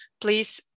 please